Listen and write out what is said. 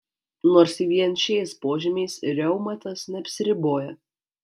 nors vien šiais požymiais reumatas neapsiriboja